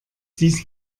dies